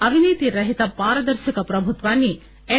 అవినీతిరహిత పారదర్శక ప్రభుత్వాన్ని ఎన్